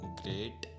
great